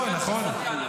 לא, נכון?